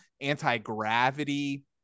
anti-gravity